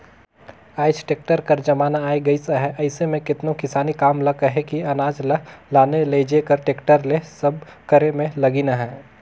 आएज टेक्टर कर जमाना आए गइस अहे अइसे में केतनो किसानी काम ल कहे कि अनाज ल लाने लेइजे कर टेक्टर ले सब करे में लगिन अहें